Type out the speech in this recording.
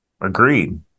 Agreed